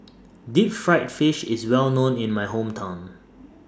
Deep Fried Fish IS Well known in My Hometown